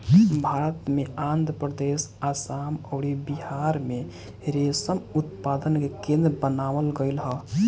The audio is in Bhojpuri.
भारत में आंध्रप्रदेश, आसाम अउरी बिहार में रेशम उत्पादन के केंद्र बनावल गईल ह